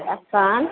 आप कौन